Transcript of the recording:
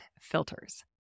filters